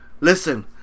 Listen